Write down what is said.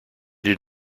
did